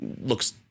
looks